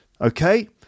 Okay